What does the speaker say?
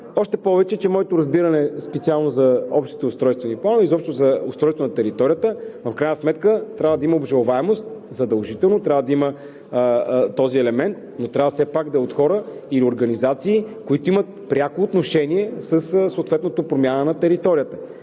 Още повече че моето разбиране специално за общите устройствени планове – изобщо за устройство на територията, в крайна сметка трябва да има обжалваемост. Трябва задължително да има този елемент, но трябва все пак да е от хора или организации, които имат пряко отношение със съответната промяна на територията.